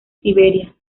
siberia